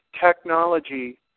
technology